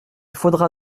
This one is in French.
faudra